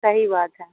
صحیح بات ہے